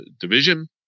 division